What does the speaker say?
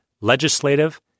legislative